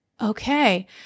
okay